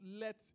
let